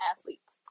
athletes